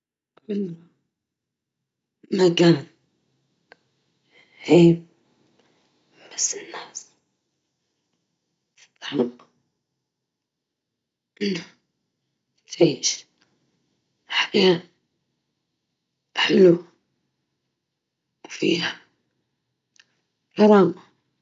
نختار الفقر، لأنه سبب رئيسي لمعاناة الناس في كل مكان، ومع إنهاء الفقر تتحسن حياة الملايين ويعيشوا بكرامة وأمل.